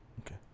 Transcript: Okay